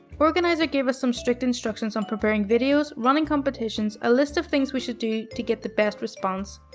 organizer gave us some strict instructions on preparing videos, running competitions, a list of things we should do to get the best response.